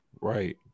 right